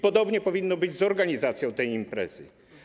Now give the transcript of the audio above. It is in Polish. Podobnie powinno być z organizacją tej imprezy.